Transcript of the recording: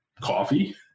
coffee